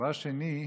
דבר שני,